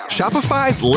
Shopify's